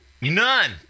none